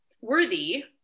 worthy